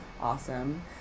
Awesome